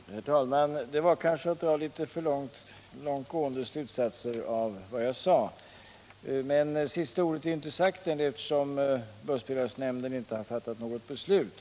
Herr talman! Det var kanske att dra litet för långtgående slutsatser av vad jag sade. Men sista ordet i denna fråga är ännu inte sagt. eftersom bussbidragsnämnden inte fattat något beslut.